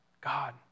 God